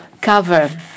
cover